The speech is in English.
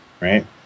right